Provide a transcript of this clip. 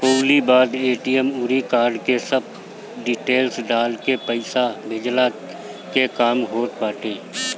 ओकरी बाद ए.टी.एम अउरी कार्ड के सब डिटेल्स डालके पईसा भेजला के काम होत बाटे